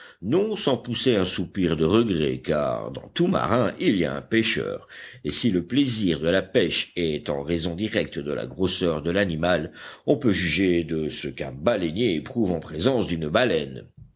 non sans pousser un soupir de regret car dans tout marin il y a un pêcheur et si le plaisir de la pêche est en raison directe de la grosseur de l'animal on peut juger de ce qu'un baleinier éprouve en présence d'une baleine